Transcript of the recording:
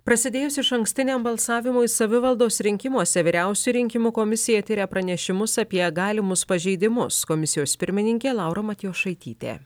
prasidėjus išankstiniam balsavimui savivaldos rinkimuose vyriausioji rinkimų komisija tiria pranešimus apie galimus pažeidimus komisijos pirmininkė laura matijošaitytė